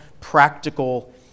practical